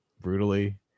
brutally